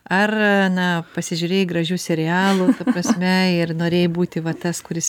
ar na pasižiūrėjai gražių serialų prasme ir norėjai būti va tas kuris